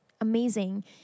amazing